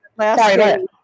Sorry